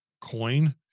coin